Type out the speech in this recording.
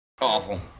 Awful